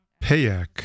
Payak